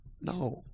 No